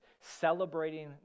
celebrating